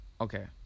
Okay